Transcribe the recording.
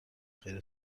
خیر